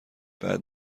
بعد